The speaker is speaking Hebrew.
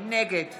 נגד